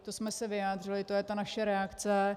To jsme se vyjádřili, to je ta naše reakce.